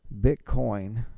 bitcoin